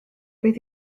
beth